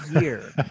year